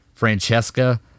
Francesca